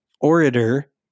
orator